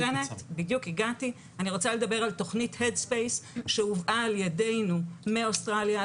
אני רוצה לדבר על תוכנית headspace שהובאה על ידינו מאוסטרליה,